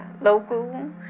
local